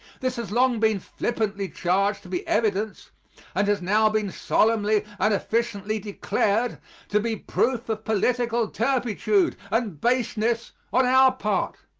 this has long been flippantly charged to be evidence and has now been solemnly and officially declared to be proof of political turpitude and baseness on our part.